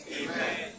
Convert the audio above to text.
Amen